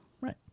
Right